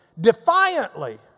defiantly